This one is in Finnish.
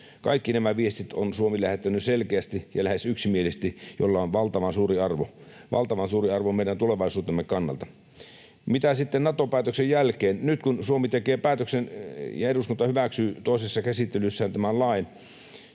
Kaikki nämä viestit on Suomi lähettänyt selkeästi ja lähes yksimielisesti, jolla on valtavan suuri arvo — valtavan suuri arvo meidän tulevaisuutemme kannalta. Mitä sitten Nato-päätöksen jälkeen? Nyt kun Suomi tekee päätöksen ja eduskunta hyväksyy toisessa käsittelyssä tämän lain